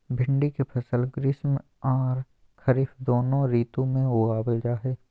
भिंडी के फसल ग्रीष्म आर खरीफ दोनों ऋतु में उगावल जा हई